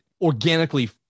organically